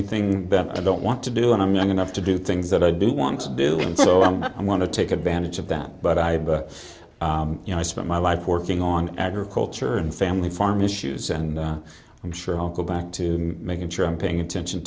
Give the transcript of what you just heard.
anything i don't want to do and i'm young enough to do things that i didn't want to do and so i want to take advantage of that but i but you know i spent my life working on agriculture and family farm issues and i'm sure i'll go back to making sure i'm paying attention